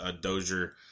Dozier